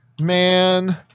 Man